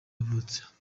yavutse